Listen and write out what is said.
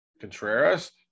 Contreras